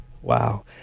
Wow